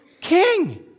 King